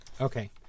Okay